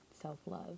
self-love